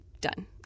Done